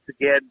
again